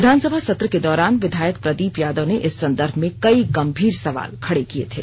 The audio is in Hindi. विधानसभा सत्र के दौरान विधायक प्रदीप यादव ने इस सदर्भ में कई गंभीर सवाल खड़े किए थे